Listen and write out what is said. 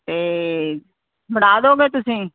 ਬਣਾ ਦੋਗੇ ਤੁਸੀਂ